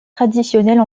traditionnelle